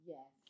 Yes